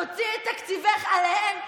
תוציאי את תקציבך עליהם,